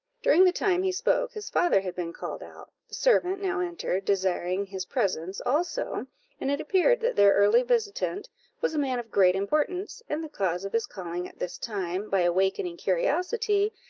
during the time he spoke, his father had been called out the servant now entered, desiring his presence also and it appeared that their early visitant was a man of great importance, and the cause of his calling at this time, by awakening curiosity,